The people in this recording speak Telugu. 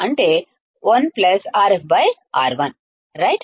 అంటే 1 Rf R1 రైట్